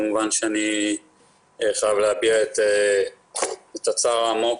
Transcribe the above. כמובן שאני חייב להביע את הצער העמוק